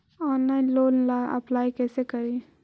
Online loan ला apply कैसे करी?